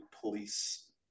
police